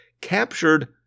captured